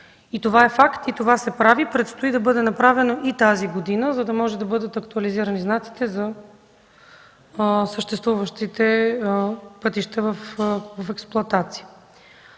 Това е факт и се прави. Предстои да бъде направено и тази година, за да бъдат актуализирани знаците за съществуващите пътища в експлоатация.